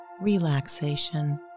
relaxation